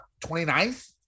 29th